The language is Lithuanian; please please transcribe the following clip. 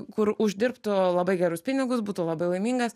kur uždirbtų labai gerus pinigus būtų labai laimingas